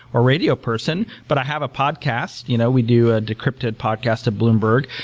or radio person, but i have a podcast. you know we do a decrypted podcast of bloomberg.